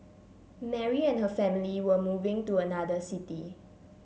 Mary and her family were moving to another city